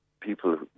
people